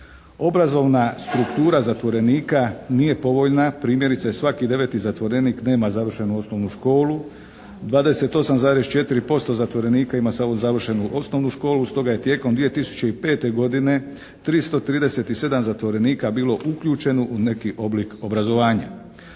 Obrazovna struktura zatvorenika nije povoljna. Primjerice svaki deveti zatvorenik nema završenu osnovnu školu. 28,4% zatvorenika ima samo završenu osnovnu školu. Stoga je tijekom 2005. godine 337 zatvorenika bilo uključeno u neki oblik obrazovanja.